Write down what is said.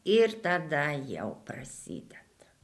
ir tada jau prasideda